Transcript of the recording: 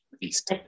East